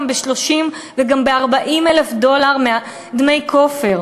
ב-30,000 וגם ב-40,000 דולר דמי כופר